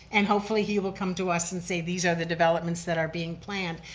and hopefully, he will come to us and say, these are the developments that are being planned.